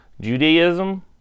Judaism